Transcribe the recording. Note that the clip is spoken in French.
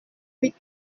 huit